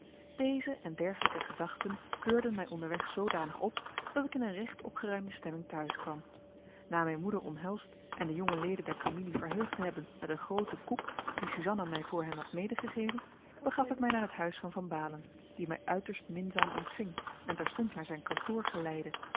deze en dergelijke gedachten beurden mij onderweg zoodanig op dat ik in eene recht opgeruimde stemming te huis kwam na mijn moeder omhelsd en de jonge leden der familie verheugd te hebben met een grooten koek dien suzanna mij voor hen had medegegeven begaf ik mij naar het huis van van baalen die mij uiterst minzaam ontving en terstond naar zijn kantoor geleidde